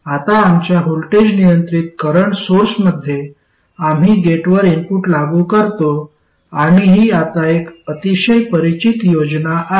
आता आमच्या व्होल्टेज नियंत्रित करंट सोर्समध्ये आम्ही गेटवर इनपुट लागू करतो आणि ही आता एक अतिशय परिचित योजना आहे